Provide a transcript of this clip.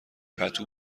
پتو